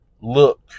Look